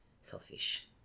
selfish